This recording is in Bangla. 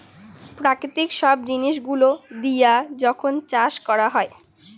প্রাকৃতিক সব জিনিস গুলো দিয়া যখন চাষ করা হয়